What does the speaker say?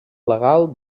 legal